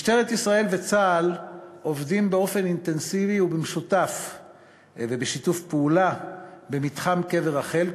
משטרת ישראל וצה"ל עובדים באופן אינטנסיבי ובשיתוף פעולה במתחם קבר רחל,